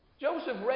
Joseph